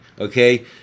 Okay